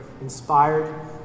inspired